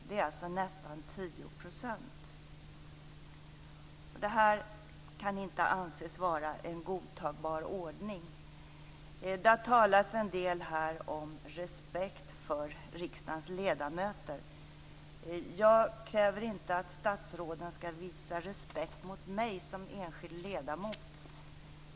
Det är nästan 10 %. Det kan inte anses vara en godtagbar ordning. Det har talats en del om respekt för riksdagens ledamöter. Jag kräver inte att statsråden skall visa respekt mot mig som enskild ledamot.